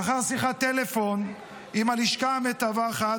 לאחר שיחת טלפון עם הלשכה המתווכת,